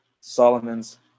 Solomon's